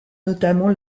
notamment